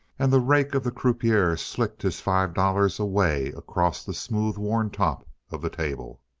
and the rake of the croupier slicked his five dollars away across the smooth-worn top of the table.